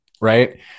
right